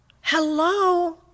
Hello